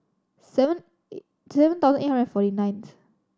seven seven thousand eight hundred forty ninth